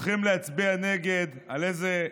הולכים להצביע נגד, על איזה מכס,